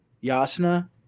Yasna